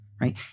right